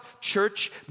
church